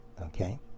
Okay